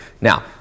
Now